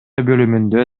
бөлүмүндө